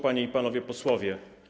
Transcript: Panie i Panowie Posłowie!